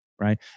right